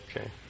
okay